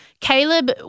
Caleb